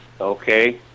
Okay